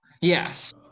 Yes